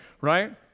right